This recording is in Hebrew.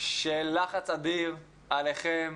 של לחץ אדיר עליכם,